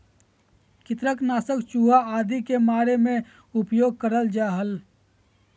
कृंतक नाशक चूहा आदि के मारे मे उपयोग करल जा हल